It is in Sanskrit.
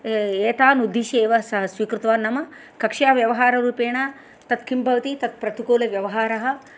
एतान् उद्दिश्य एव सः स्वीकृतवान् नाम कक्ष्याव्यवहाररूपेण तत्किं भवति तत्प्रतिकूलव्यवहारः